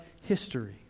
history